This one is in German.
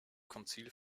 konzil